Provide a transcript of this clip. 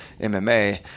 MMA